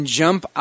jump